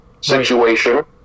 situation